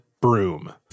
broom